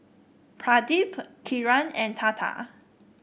Pradip Kiran and Tata